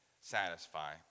satisfy